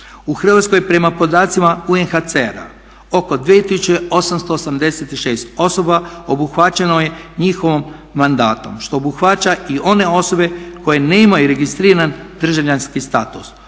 U Hrvatskoj prema podacima UNHCR-a oko 2886 osoba obuhvaćeno je njihovim mandatom, što obuhvaća i one osobe koje nemaju registriran državljanski status.